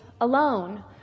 alone